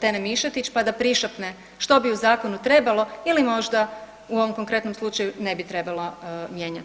Tene Mišetić pa da prišapne što bi u zakonu trebalo ili možda u ovom konkretnom slučaju ne bi trebalo mijenjati.